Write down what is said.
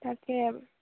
তাকে